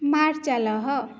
मार्जालः